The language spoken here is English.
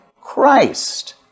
Christ